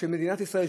של מדינת ישראל,